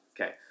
okay